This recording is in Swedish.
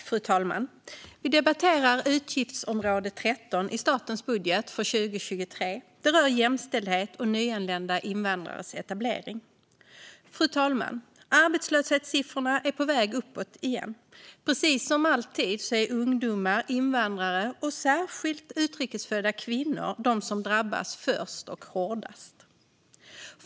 Fru talman! Vi debatterar utgiftsområde 13 i statens budget för 2023. Det rör jämställdhet och nyanlända invandrares etablering. Fru talman! Arbetslöshetssiffrorna är på väg uppåt igen. Precis som alltid är ungdomar, invandrare och särskilt utlandsfödda kvinnor de som drabbas först och hårdast.